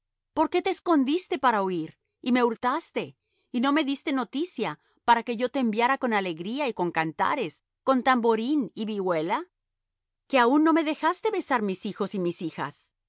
por qué te escondiste para huir y me hurtaste y no me diste noticia para que yo te enviara con alegría y con cantares con tamborín y vihuela que aun no me dejaste besar mis hijos y mis hijas